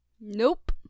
Nope